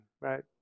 right